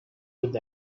with